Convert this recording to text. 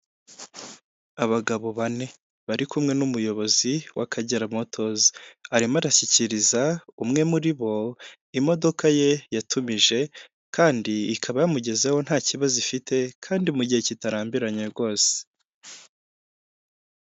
Abagabo bane bari kumwe n'umuyobozi w'Akagera motozi, arimo arashyikiriza umwe muri bo imodoka ye yatumije kandi ikaba yamugezeho nta kibazo ifite, kandi mu gihe kitarambiranye rwose.